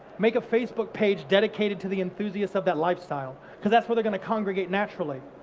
make a facebook page dedicated to the enthusiast of that lifestyle, because that's where they're gonna congregate naturally.